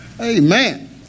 Amen